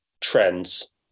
trends